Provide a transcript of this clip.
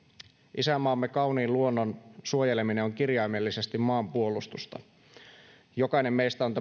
isänmaamme kauniin luonnon suojeleminen on kirjaimellisesti maanpuolustusta jokainen meistä on